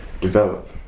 develop